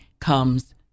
comes